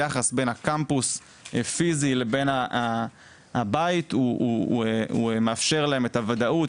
היחס הפיזי בין הקמפוס לבין הבית הוא מאפשר להם את הוודאות,